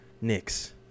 Knicks